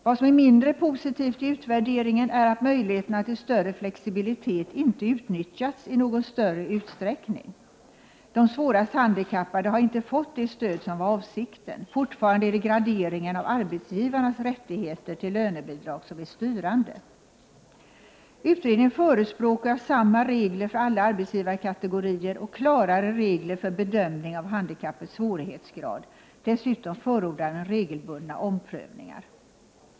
Vad som är mindre positivt i utvärderingen är att möjligheterna till större flexibilitet inte utnyttjats i någon större utsträckning. De svårast handikappade har inte fått det stöd som var avsikten. Fortfarande är det graderingen av arbetsgivarnas rättigheter till lönebidrag som är styrande. Utredningen förespråkar samma regler för alla arbetsgivarkategorier och klarare regler för bedömning av handikappets svårighetsgrad. Dessutom förordar den regelbundna omprövningar.